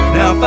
Now